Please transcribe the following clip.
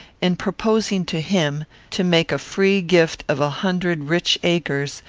in proposing to him to make a free gift of a hundred rich acres,